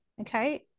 okay